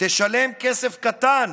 תשלם כסף קטן